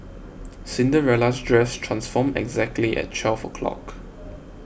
Cinderella's dress transformed exactly at twelve o'clock